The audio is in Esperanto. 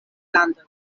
landoj